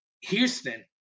Houston